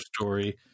story